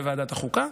ועדת החוקה,